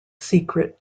secret